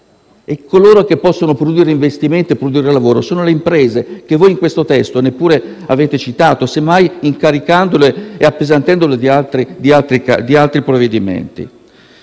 e coloro che possono produrre investimenti e lavoro sono le imprese, che in questo testo neppure avete citato, semmai incaricandole e appesantendole di altre incombenze.